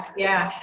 yeah.